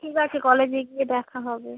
ঠিক আছে কলেজে গিয়ে দেখা হবে